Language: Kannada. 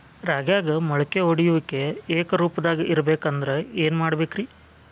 ರಾಗ್ಯಾಗ ಮೊಳಕೆ ಒಡೆಯುವಿಕೆ ಏಕರೂಪದಾಗ ಇರಬೇಕ ಅಂದ್ರ ಏನು ಮಾಡಬೇಕ್ರಿ?